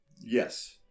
Yes